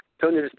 Tony